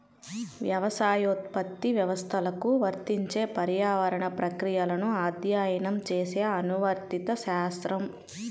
వ్యవసాయోత్పత్తి వ్యవస్థలకు వర్తించే పర్యావరణ ప్రక్రియలను అధ్యయనం చేసే అనువర్తిత శాస్త్రం